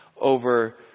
over